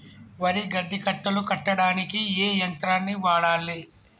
వరి గడ్డి కట్టలు కట్టడానికి ఏ యంత్రాన్ని వాడాలే?